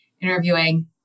interviewing